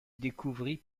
découvrit